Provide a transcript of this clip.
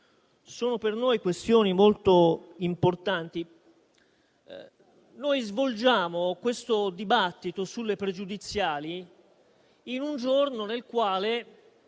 sono per noi questioni molto importanti. Noi svolgiamo questo dibattito sulle pregiudiziali in un giorno nel quale